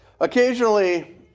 Occasionally